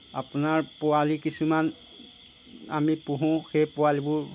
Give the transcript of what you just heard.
আপোনাৰ পোৱালি কিছুমান আমি পুহোঁ সেই পোৱালিবোৰ